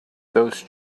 those